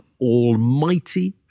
almighty